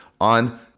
on